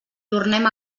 tornem